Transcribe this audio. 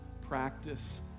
Practice